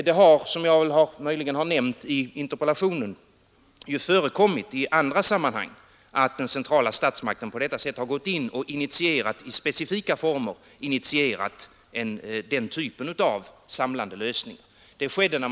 Det har, som jag nämnt i interpellationen, ju förekommit i andra sammanhang att den centrala statsmakten på detta sätt trätt in och i specifika former initierat en samlande lösning av denna typ.